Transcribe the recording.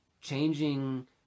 changing